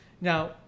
now